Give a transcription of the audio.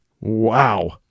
Wow